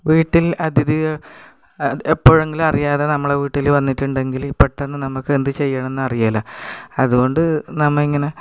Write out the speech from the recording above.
വീട്ടിൽ അതിഥികൾ എപ്പോഴെങ്കിലും അറിയാതെ നമ്മളുടെ വീട്ടിൽ വന്നിട്ടുണ്ടെങ്കിൽ പെട്ടെന്ന് നമുക്ക് എന്തു ചെയ്യണം എന്നറിയേലാ അതുകൊണ്ട് നമ്മൾ ഇങ്ങനെ